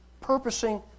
purposing